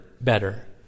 better